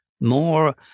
more